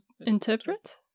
interpret